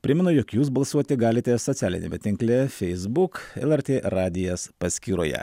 primenu jog jūs balsuoti galite socialiniame tinkle facebook lrt radijas paskyroje